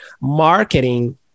marketing